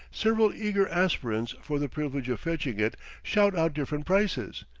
several eager aspirants for the privilege of fetching it shout out different prices,